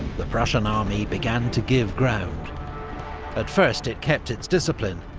the prussian army began to give ground at first it kept its discipline,